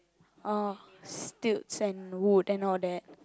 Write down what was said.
orh stilts and wood and all that